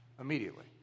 Immediately